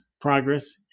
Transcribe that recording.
progress